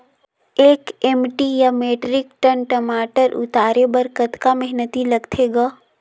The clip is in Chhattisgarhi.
एक एम.टी या मीट्रिक टन टमाटर उतारे बर कतका मेहनती लगथे ग?